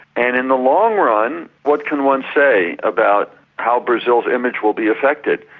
and in the long run, what can one say about how brazil's image will be affected?